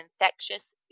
infectious